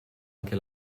anche